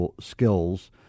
skills